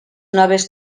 noves